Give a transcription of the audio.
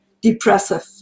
depressive